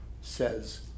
Says